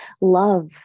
love